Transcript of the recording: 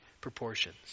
proportions